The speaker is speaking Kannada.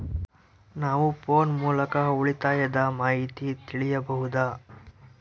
ನಾವು ಫೋನ್ ಮೂಲಕ ಉಳಿತಾಯದ ಮಾಹಿತಿ ತಿಳಿಯಬಹುದಾ?